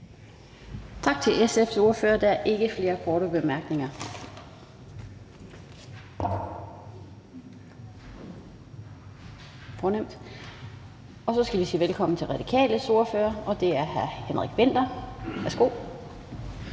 Tak til SF's ordfører. Der er ikke flere korte bemærkninger. Og så skal vi sige velkommen til Radikales ordfører, og det er hr. Henrik Winther. Værsgo.